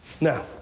Now